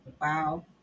Wow